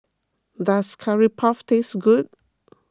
does Curry Puff taste good